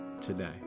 today